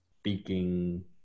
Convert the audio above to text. speaking